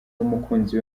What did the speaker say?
n’umukunzi